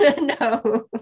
no